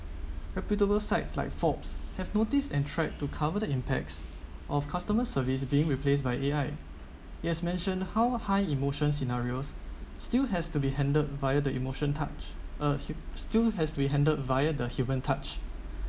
reputable sites like forbes have notice and tried to cover the impacts of customer service being replaced by A_I it has mentioned how high emotion scenarios still has to be handled via the emotion touch uh h~ still has to be handled via the human touch